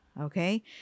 Okay